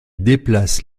déplace